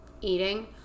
eating